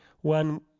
one